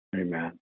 Amen